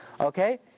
Okay